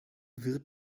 wird